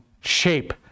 shape